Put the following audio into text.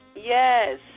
Yes